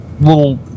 little